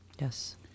Yes